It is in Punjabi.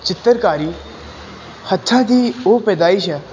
ਚਿੱਤਰਕਾਰੀ ਹੱਥਾਂ ਦੀ ਉਹ ਪੈਦਾਇਸ਼ ਹੈ